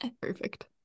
Perfect